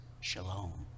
shalom